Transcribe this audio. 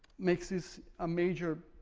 makes this a major,